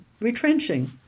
retrenching